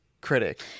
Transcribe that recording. Critic